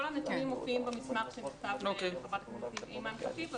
כל הנתונים מופיעים במסמך שכתבנו לחברת הכנסת אימאן ח'טיב.